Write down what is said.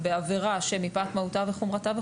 בעבירה שמפאת מהותה וחומרתה,